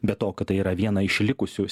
be to kad tai yra viena iš likusių